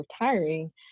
retiring